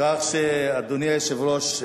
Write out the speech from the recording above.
כך שאדוני היושב-ראש,